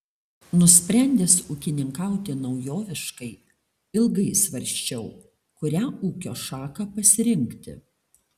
nusprendęs ūkininkauti naujoviškai ilgai svarsčiau kurią ūkio šaką pasirinkti